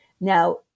Now